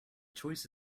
choice